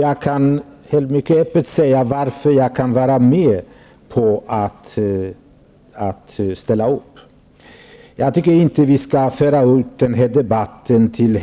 Jag kan mycket öppet tala om varför jag kan gå med på att ställa upp. Jag tycker inte att vi skall föra ut den här debatten till att